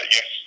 Yes